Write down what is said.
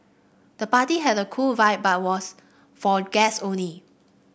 the party had a cool vibe but was for guests only